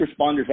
responders